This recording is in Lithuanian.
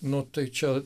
nu tai čia